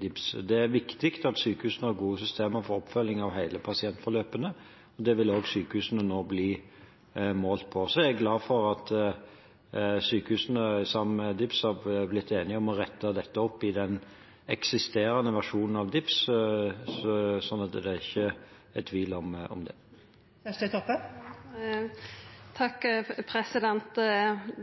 DIPS. Det er viktig at sykehusene har gode systemer for oppfølging av hele pasientforløpene, og det vil også sykehusene nå bli målt på. Så er jeg glad for at sykehusene sammen med DIPS har blitt enige om å rette dette opp i den eksisterende versjonen av DIPS, slik at det er ikke tvil om det.